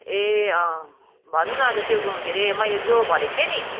ए भन्नु न हजुर त्यो के अरे मैले जो भनेको थिएँ नि